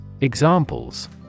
Examples